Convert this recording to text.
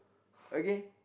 okay